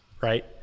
right